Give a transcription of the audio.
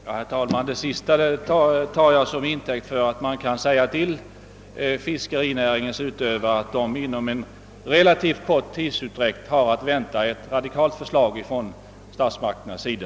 Herr talman! Det sista uttalandet tar jag som intäkt för att man kan säga till fiskerinäringens utövare, att de inom en relativt kort tid har att vänta ett radikalt och positivt förslag från statsmakterna.